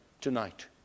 tonight